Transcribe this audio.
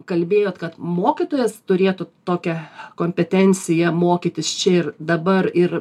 kalbėjot kad mokytojas turėtų tokią kompetenciją mokytis čia ir dabar ir